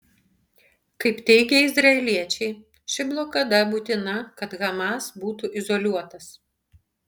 kaip teigia izraeliečiai ši blokada būtina kad hamas būtų izoliuotas